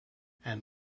and